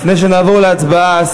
לפני שנעבור להצבעה,